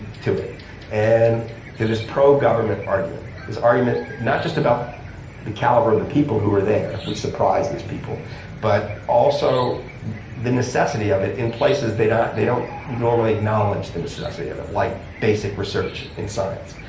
to it and to this pro government argument. this argument not just about the caliber of the people who are there which surprises people but also the necessity of it in places they don't they don't normally acknowledge the necessity of it like basic research in science.